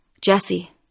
Jesse